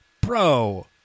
Bro